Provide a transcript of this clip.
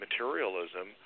materialism